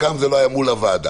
וגם זה לא היה מול הוועדה,